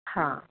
हां